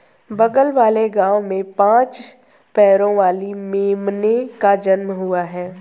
बगल वाले गांव में पांच पैरों वाली मेमने का जन्म हुआ है